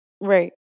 right